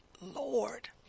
Lord